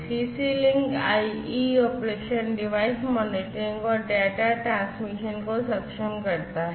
CC link IE operation device monitoring और data transmission को सक्षम करता है